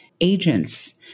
agents